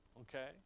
Okay